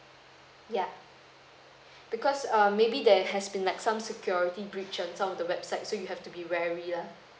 ya because um maybe there has been like some security breach on some of the website so you have to be vary lah